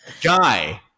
Guy